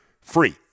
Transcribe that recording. Free